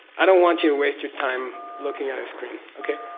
i don't want you to waste your time looking at a screen. okay?